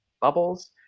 bubbles